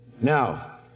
Now